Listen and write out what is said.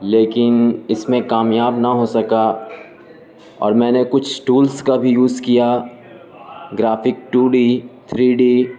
لیکن اس میں کامیاب نہ ہو سکا اور میں نے کچھ ٹولس کا بھی یوز کیا graphic two D three D